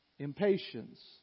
impatience